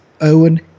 Owen